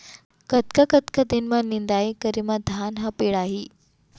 कतका कतका दिन म निदाई करे म धान ह पेड़ाही?